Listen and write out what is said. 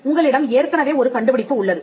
உங்களிடம் ஏற்கனவே ஒரு கண்டுபிடிப்பு உள்ளது